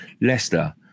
Leicester